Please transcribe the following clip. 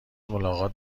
ملاقات